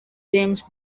james